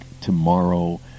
tomorrow